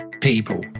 people